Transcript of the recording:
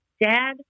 dad